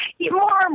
More